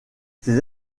ces